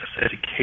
education